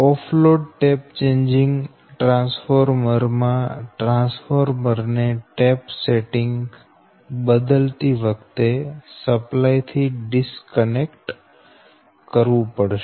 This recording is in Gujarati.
of load tap changing transformer માં ટ્રાન્સફોર્મર ને ટેપ સેટિંગ બદલતી વખતે સપ્લાય થી ડિસ્કનેક્ટ કરવું પડશે